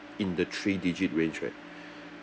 in the three digit range right